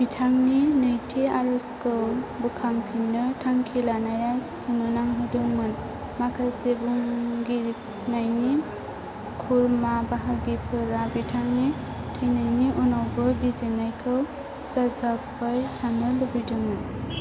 बिथांनि नैथि आरजखौ बोखांफिन्नो थांखि लानाया सोमोनांहोदोंमोन माखासे भुगिनायनि खुरमा बाहागिफोरा बिथांनि थैनायनि उनावबो बिजिरनायखौ जाजाबाय थानो लुगैदोंमोन